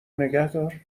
نگهدار